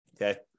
Okay